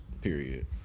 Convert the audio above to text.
period